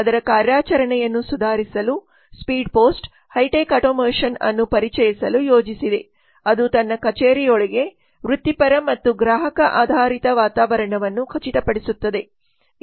ಅದರ ಕಾರ್ಯಾಚರಣೆಯನ್ನು ಸುಧಾರಿಸಲು ಸ್ಪೀಡ್ ಪೋಸ್ಟ್ ಹೈಟೆಕ್ ಆಟೊಮೇಷನ್ ಅನ್ನು ಪರಿಚಯಿಸಲು ಯೋಜಿಸಿದೆ ಅದು ತನ್ನ ಕಚೇರಿಯೊಳಗೆ ವೃತ್ತಿಪರ ಮತ್ತು ಗ್ರಾಹಕ ಆಧಾರಿತ ವಾತಾವರಣವನ್ನು ಖಚಿತಪಡಿಸುತ್ತದೆ